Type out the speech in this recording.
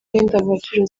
n’indangagaciro